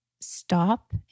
stop